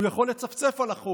הוא יכול לצפצף על החוק.